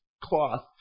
cloth